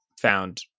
found